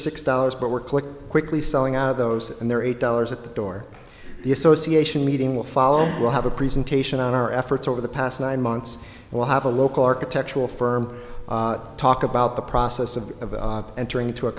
six dollars but works like quickly selling out of those and there are eight dollars at the door the association meeting will follow we'll have a presentation on our efforts over the past nine months we'll have a local architectural firm talk about the process of entering into a